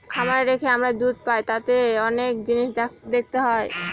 খামারে রেখে আমরা দুধ পাই তাতে অনেক জিনিস দেখতে হয়